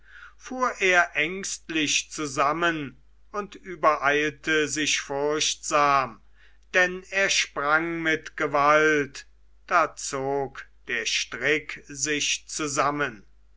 fuhr er ängstlich zusammen und übereilte sich furchtsam denn er sprang mit gewalt da zog der strick sich zusammen